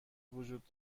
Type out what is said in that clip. وجود